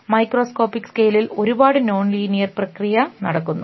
mesoscopic സ്കെയിലിൽ ഒരുപാട് nonlinear പ്രക്രിയ നടക്കുന്നു